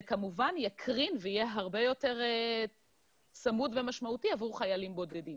זה כמובן יקרין ויהיה הרבה יותר צמוד ומשמעותי עבור חיילים בודדים.